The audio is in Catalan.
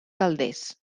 calders